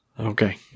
Okay